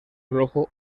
rojo